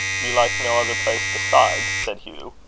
do you like no other place besides? said hugh,